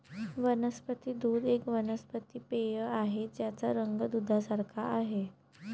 वनस्पती दूध एक वनस्पती पेय आहे ज्याचा रंग दुधासारखे आहे